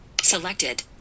Selected